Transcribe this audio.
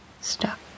stuck